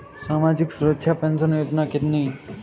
सामाजिक सुरक्षा पेंशन योजना कितनी हैं?